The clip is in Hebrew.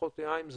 פחות יומיים.